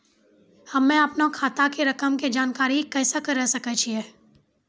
हम्मे अपनो खाता के रकम के जानकारी कैसे करे सकय छियै?